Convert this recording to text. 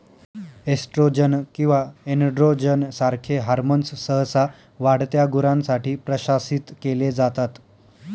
oestrogen किंवा androgen सारखे hormones सहसा वाढत्या गुरांसाठी प्रशासित केले जातात